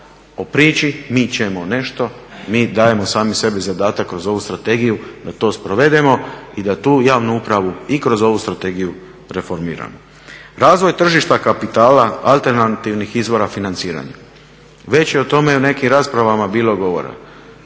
o priči mi ćemo nešto, mi dajemo sami sebi zadatak kroz ovu strategiju da to sprovedemo i da tu javnu upravu i kroz ovu strategiju reformiramo. Razvoj tržišta kapitala alternativnih izvora financiranja. Već je o tome u nekim raspravama bilo govora.